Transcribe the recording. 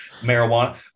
marijuana